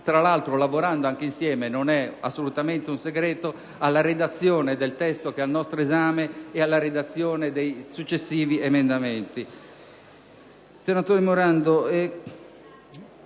tra l'altro lavorando anche insieme - non è assolutamente un segreto - alla redazione del testo al nostro esame e dei successivi emendamenti.